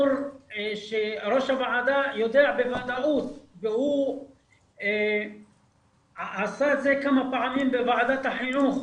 ראש הוועדה יודע בוודאות והוא עשה את זה כמה פעמים בוועדת החינוך,